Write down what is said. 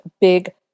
big